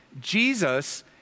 Jesus